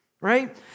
right